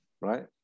right